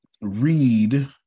read